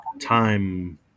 Time